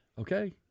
Okay